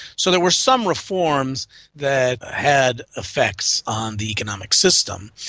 so there were some reforms that had effects on the economic system.